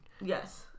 Yes